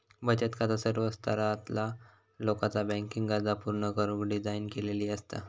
बचत खाता सर्व स्तरातला लोकाचा बँकिंग गरजा पूर्ण करुक डिझाइन केलेली असता